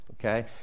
okay